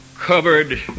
covered